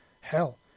Hell